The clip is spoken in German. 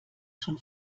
schon